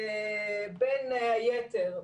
בין היתר,